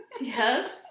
Yes